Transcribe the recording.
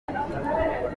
ikigega